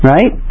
Right